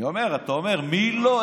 אני אומר, אתה אומר: מי לא?